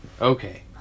Okay